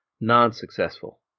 non-successful